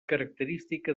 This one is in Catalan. característica